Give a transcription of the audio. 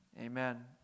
Amen